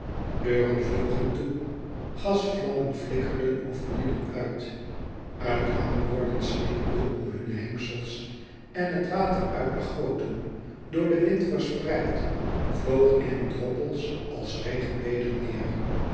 deuren vlogen toe gasvlammen flikkerden of woeien uit uithangborden slingerden om hunne hengsels en het water uit de goten door den wind verspreid vloog in droppels als regen weder neer